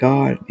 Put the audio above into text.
God